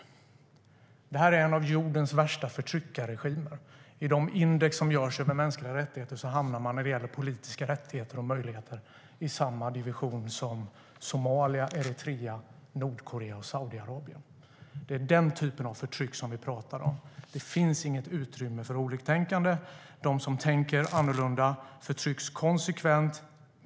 Det är en av jordens värsta förtryckarregimer. I de index som görs över mänskliga rättigheter hamnar den, när det gäller politiska rättigheter och möjligheter, i samma division som Somalia, Eritrea, Nordkorea och Saudiarabien. Det är den typen av förtryck vi talar om. Det finns inget utrymme för oliktänkande. De som tänker annorlunda förtrycks konsekvent.